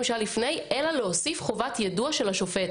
שהיו לפני אלא להוסיף חובת יידוע של השופט.